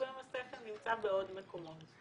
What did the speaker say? לפעמים השכל נמצא בעוד מקומות,